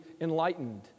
enlightened